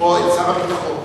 או שר הביטחון?